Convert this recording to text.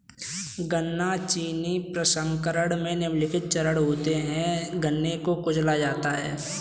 गन्ना चीनी प्रसंस्करण में निम्नलिखित चरण होते है गन्ने को कुचला जाता है